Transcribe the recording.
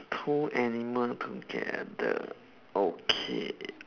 two animal together okay